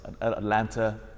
Atlanta